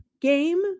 game